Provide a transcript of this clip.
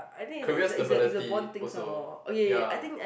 career stability also ya